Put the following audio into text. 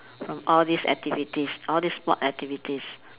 from all these activities all these sport activities